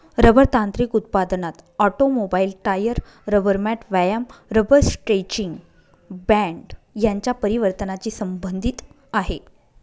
rubber तांत्रिक उत्पादनात automobile, tyre, rubber mat, व्यायाम रबर स्ट्रेचिंग बँड यांच्या परिवर्तनाची संबंधित आहे